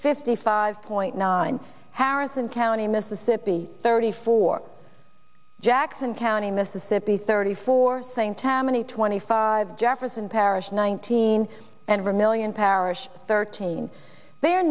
fifty five point nine harrison county mississippi thirty four jackson county mississippi thirty four same tammany twenty five jefferson parish nineteen and were million parish thirteen there